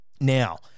now